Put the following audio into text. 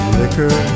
liquor